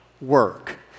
work